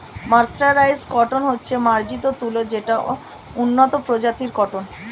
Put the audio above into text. mercerised cotton হচ্ছে মার্জিত তুলো যেটা উন্নত প্রজাতির কটন